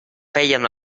feien